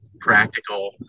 practical